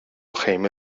خیمه